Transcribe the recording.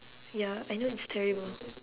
ya I know it's terrible